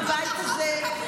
בבית הזה,